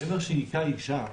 גבר שהיכה אישה,